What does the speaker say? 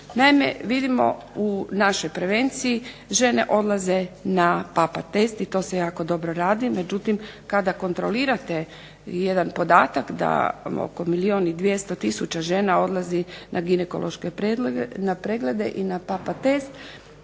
Naime, vidimo u našoj prevenciji žene odlaze na PAPA test i to se jako dobro radi. Međutim, kada kontrolirate jedan podatak da oko milijun i 200000 žena odlazi na ginekološke preglede i na PAPA test